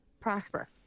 prosper